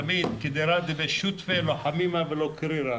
תמיד קידרא דבי שותפי לא חמימא ולא קרירא,